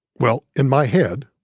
well, in my head,